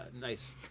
nice